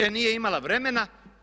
E nije imala vremena.